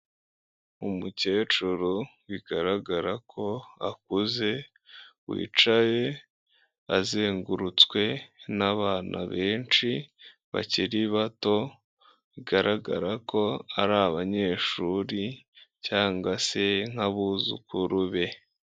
Umukecuru bigaragara ko akuze, wicaye azengurutswe n'abana benshi bakiri bato, bigaragara ko ari abanyeshuri cyangwa se nk'abuzukuru be.